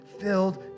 filled